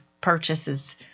purchases